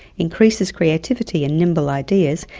increases creativity and nimble ideas,